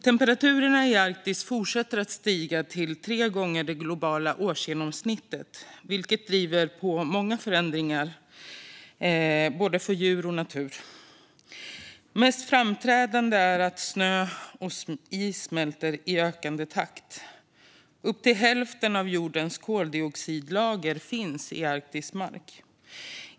Temperaturen i Arktis fortsätter att stiga till tre gånger det globala årsgenomsnittet, vilket driver på många förändringar för både djur och natur. Mest framträdande är att snö och is smälter i ökande takt. Upp till hälften av jordens koldioxidlager finns i Arktis mark.